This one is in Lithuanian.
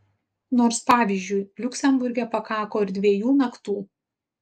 nors pavyzdžiui liuksemburge pakako ir dviejų naktų